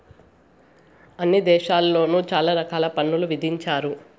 అన్ని దేశాల్లోను చాలా రకాల పన్నులు విధించారు